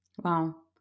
Wow